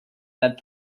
that